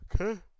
Okay